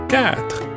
Quatre